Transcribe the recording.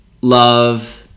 love